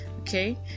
okay